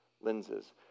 lenses